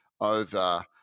over